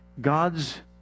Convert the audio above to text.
God's